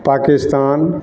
Pakistan